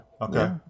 Okay